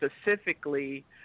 specifically